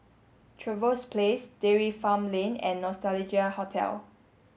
Trevose Place Dairy Farm Lane and Nostalgia Hotel